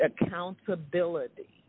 accountability